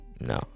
No